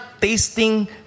tasting